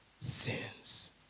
sins